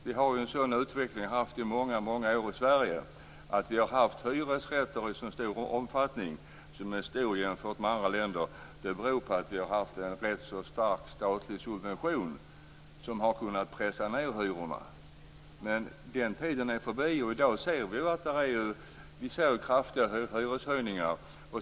Vi har haft en sådan utveckling under många år i Sverige. Att vi har haft hyresrätter i så stor omfattning jämfört med andra länder beror på att vi har haft en rätt så stark statlig subvention som har kunnat pressa ned hyrorna. Den tiden är förbi. I dag ser vi kraftiga hyreshöjningar.